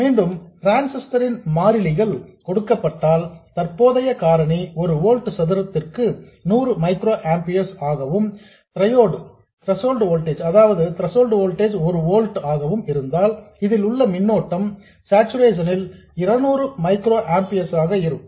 மீண்டும் டிரான்ஸிஸ்டர் ன் மாறிலிகள் கொடுக்கப்பட்டால் தற்போதைய காரணி ஒரு ஓல்ட் சதுரத்திற்கு நூறு மைக்ரோஆம்பியர்ஸ் ஆகவும் த்ரசோல்டு வோல்டேஜ் ஒரு ஓல்ட் ஆகவும் இருந்தால் இதில் உள்ள மின்னோட்டம் சார்சுரேஷன் ல் 200 மைக்ரோஆம்பியர்ஸ் ஆக இருக்கும்